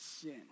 sin